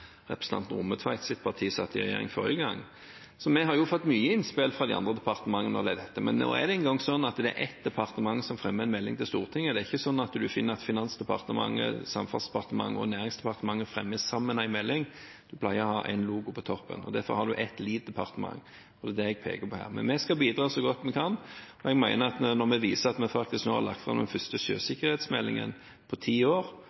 det gjelder dette, men det er nå engang sånn at det er ett departement som fremmer en melding til Stortinget. Det er ikke sånn at Finansdepartementet, Samferdselsdepartementet og Nærings- og fiskeridepartementet fremmer en melding sammen. Den pleier å ha en logo på toppen. Derfor har en ett «lead»-departement, og det er det jeg peker på her. Vi skal bidra så godt vi kan, og jeg mener at når vi nå faktisk har lagt fram den første sjøsikkerhetsmeldingen på ti år,